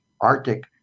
Arctic